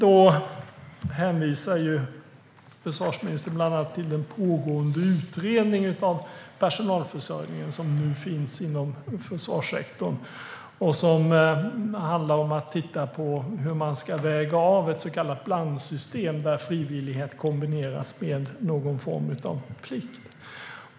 Försvarsministern hänvisar bland annat till en pågående utredning av personalförsörjningen som nu finns inom försvarssektorn och som handlar om att titta på hur man ska väga av ett så kallat blandsystem där frivillighet kombineras med någon form av plikt.